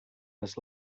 this